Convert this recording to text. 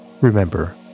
Remember